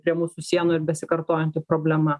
prie mūsų sienų ir besikartojanti problema